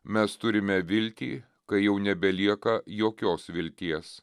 mes turime viltį kai jau nebelieka jokios vilties